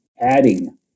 adding